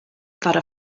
thought